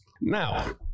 Now